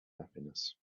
happiness